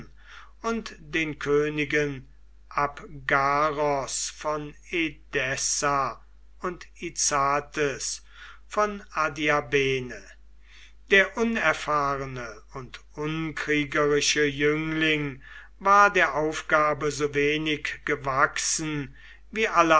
und den königen abgaros von edessa und izates von adiabene der unerfahrene und unkriegerische jüngling war der aufgabe so wenig gewachsen wie